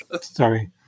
sorry